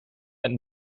and